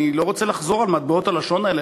אני לא רוצה לחזור על מטבעות הלשון האלה,